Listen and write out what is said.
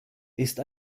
ist